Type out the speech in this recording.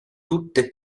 tutte